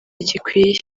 gikwiye